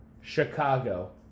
Chicago